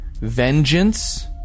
vengeance